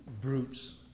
brutes